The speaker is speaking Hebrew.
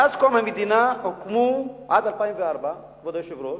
מאז קום המדינה עד 2004, כבוד היושב-ראש,